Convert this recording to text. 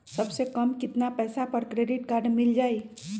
सबसे कम कतना पैसा पर क्रेडिट काड मिल जाई?